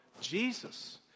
Jesus